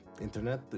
internet